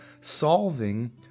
Solving